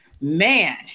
Man